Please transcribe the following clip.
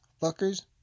fuckers